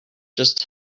just